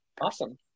Awesome